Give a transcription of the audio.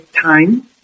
time